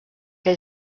què